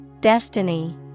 Destiny